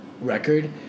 Record